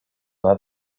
will